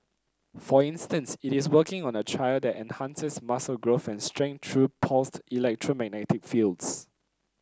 for instance it is working on a trial that enhances muscle growth and strength through pulsed electromagnetic fields